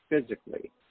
physically